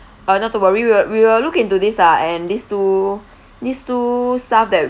uh not to worry we'll we will look into this ah and these two these two staff that